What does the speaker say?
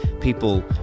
people